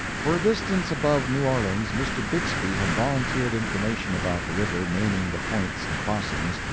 for a distance above new orleans mr. bixby had volunteered information about the river, naming the points and crossings,